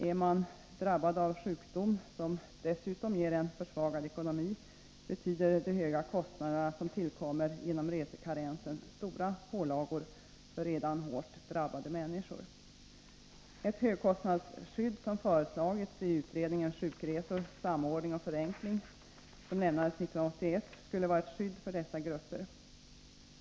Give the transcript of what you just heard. Är man drabbad av sjukdom, som dessutom ger försvagad ekonomi, betyder de höga kostnaderna som tillkommer genom resekarensen stora pålagor för redan hårt drabbade människor. Ett högkostnadsskydd, som föreslagits i utredningsbetänkandet Sjukresor — samordning och förenkling, som lämnades 1981, skulle vara ett skydd för dessa grupper.